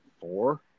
Four